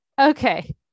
Okay